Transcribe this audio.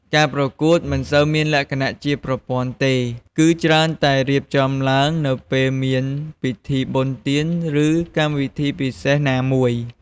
ការប្រកួតមិនសូវមានលក្ខណៈជាប្រព័ន្ធទេ គឺច្រើនតែរៀបចំឡើងនៅពេលមានពិធីបុណ្យទាន ឬកម្មវិធីពិសេសណាមួយ។